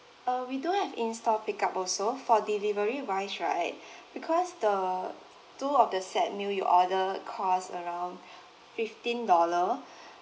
uh we do have in store pick up also for delivery wise right because the two of the set meal you order cost around fifteen dollars